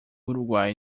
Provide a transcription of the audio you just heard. uruguai